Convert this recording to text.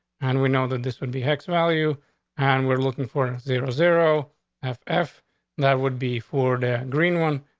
and we know that this would be hex value on and we're looking for zero zero f f that would be for the green one,